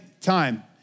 time